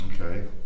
Okay